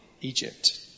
Egypt